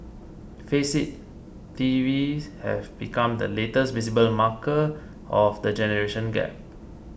face it TVs have become the latest visible marker of the generation gap